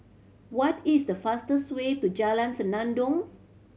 what is the fastest way to Jalan Senandong